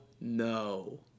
no